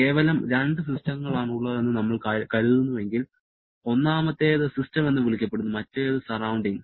കേവലം രണ്ട് സിസ്റ്റങ്ങളാണുള്ളതെന്ന് നമ്മൾ കരുതുന്നുവെങ്കിൽ ഒന്നാമത്തേത് സിസ്റ്റം എന്ന് വിളിക്കപ്പെടുന്നു മറ്റേത് സറൌണ്ടിങ്